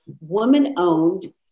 Woman-Owned